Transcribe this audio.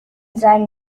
seinen